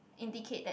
indicate that